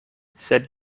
sed